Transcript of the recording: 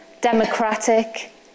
democratic